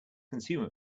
consumer